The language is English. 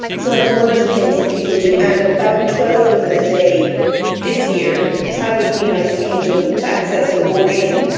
so that's one of the things that people do. and about twelve women a day this year travelled to the united kingdom to access an abortion.